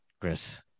Chris